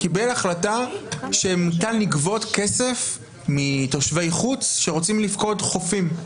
קיבל החלטה שניתן לגבות כסף מתושבי חוץ שרוצים לפקוד חופים.